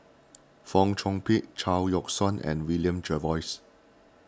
Fong Chong Pik Chao Yoke San and William Jervois